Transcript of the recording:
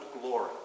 glory